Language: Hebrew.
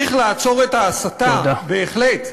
צריך לעצור את ההסתה, בהחלט.